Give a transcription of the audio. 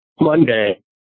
Monday